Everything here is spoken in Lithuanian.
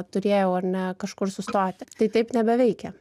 turėjau ar ne kažkur sustoti tai taip nebeveikia